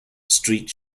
street